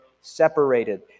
separated